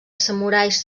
samurais